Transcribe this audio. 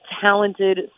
talented